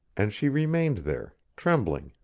and she remained there, trembling,